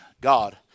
God